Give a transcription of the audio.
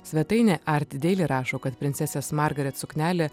svetainė art deily rašo kad princesės margaret suknelė